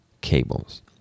cables